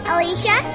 Alicia